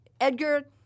Edgar